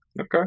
Okay